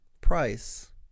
price